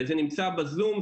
זה נמצא בצ'ט של הזום,